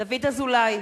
דוד אזולאי,